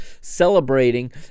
celebrating